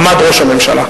עמד ראש הממשלה.